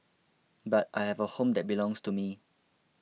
but I have a home that belongs to me